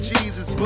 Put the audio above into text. Jesus